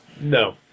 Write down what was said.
No